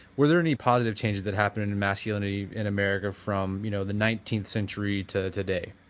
were there any positive changes that happened in and masculinity in america from you know the nineteenth century to today?